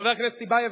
חבר הכנסת טיבייב,